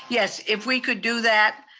yes if we could do that.